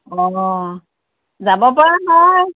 অ' যাব পৰা হয়